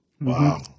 Wow